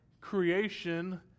creation